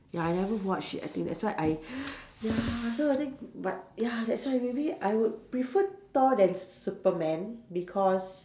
ya I never watch it I think that's why I ya so I think but ya that's why maybe I would prefer Thor than Superman because